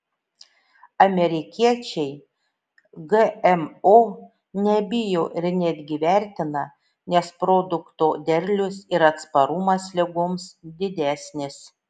amerikiečiai gmo nebijo ir netgi vertina nes produkto derlius ir atsparumas ligoms didesnis